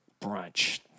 brunch